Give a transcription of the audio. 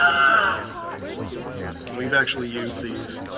um we've actually used these,